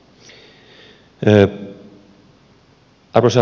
arvoisa puhemies